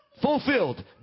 Fulfilled